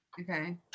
Okay